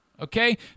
okay